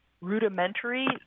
rudimentary